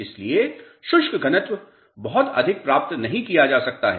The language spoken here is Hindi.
इसलिए शुष्क घनत्व बहुत अधिक प्राप्त नहीं किया जा सकता है